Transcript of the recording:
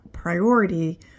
priority